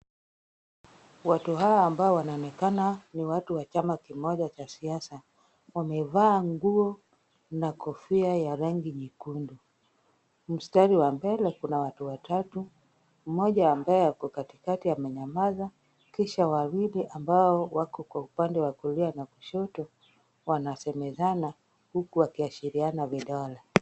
Watu hawa ambao wanaonekana ni watu wa chama kimoja cha siasa wamevaa nguo na kofia ya rangi nyekundu. Mstari wa mbele kuna watu watatu. Mmoja ambaye ako katikati amenyamaza kisha wawili ambao wako kwa upande wa kulia na kushoto wanasemezana huku wakiashiriana vidole.